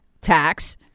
Tax